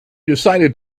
decided